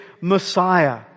Messiah